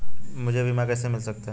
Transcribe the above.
मुझे बीमा कैसे मिल सकता है?